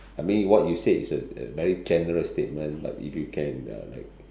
I mean what you said is a a very general statement but if you can that like